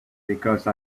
because